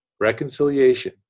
Reconciliation